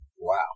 Wow